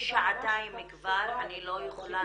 --- שעתיים כבר, אני לא יכולה.